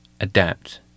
adapt